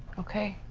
okay?